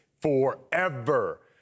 forever